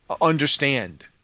understand